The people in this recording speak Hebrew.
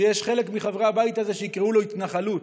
שחלק מהבית הזה יקראו לו התנחלות.